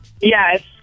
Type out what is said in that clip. Yes